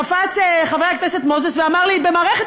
קפץ חבר הכנסת מוזס ואמר לי: במערכת